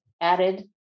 added